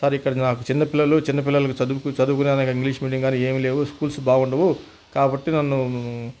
sir ఇక్కడ నాకు చిన్న పిల్లలు చిన్న పిల్లలకి చదువు చదువుకోవడానికి ఇంగ్లీష్ మీడియం కానీ ఏమి లేవు స్కూల్స్ బాగుండవు కాబట్టి నన్ను